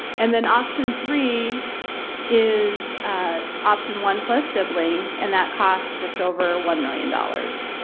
and then option three is ah option one plus siblings and that cost is just over one million dollars.